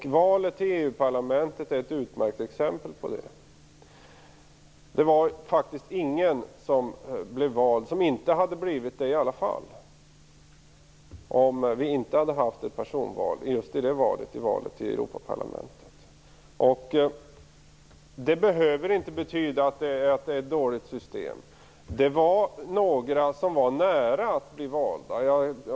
Valet till EU parlamentet är ett utmärkt exempel på det. Det var faktiskt ingen som blev vald som inte hade blivit det även utan personval i just valet till Europaparlamentet. Det behöver inte betyda att det är ett dåligt system. Det var några som var nära att bli valda.